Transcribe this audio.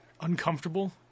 uncomfortable